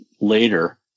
later